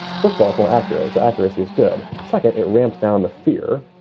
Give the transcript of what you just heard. first of all, for accuracy, accuracy is good. second, it ramps down the fear.